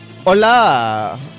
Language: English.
Hola